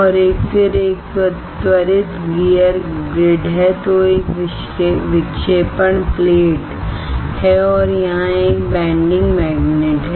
और फिर एक त्वरित गियर ग्रिड है तो एक विक्षेपण प्लेट है और यहां एक बैंडिंग मैग्नेट है